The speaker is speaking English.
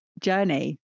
journey